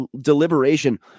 deliberation